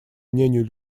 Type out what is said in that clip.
мнению